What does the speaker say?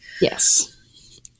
Yes